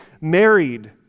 married